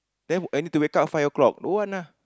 then I need to wake up five o-clock don't want lah